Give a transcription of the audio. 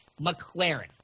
McLaren